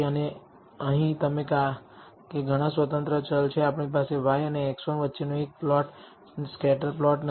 અને અહીં તમે કારણ કે ઘણા સ્વતંત્ર ચલ છે આપણી પાસે y અને x1 વચ્ચેનો એક પ્લોટ સ્કેટર પ્લોટ નથી